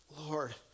Lord